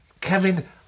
Kevin